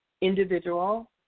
individual